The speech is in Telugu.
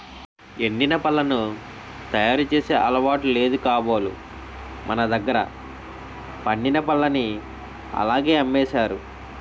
ఎండిన పళ్లను తయారు చేసే అలవాటు లేదు కాబోలు మనదగ్గర పండిన పల్లని అలాగే అమ్మేసారు